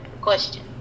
question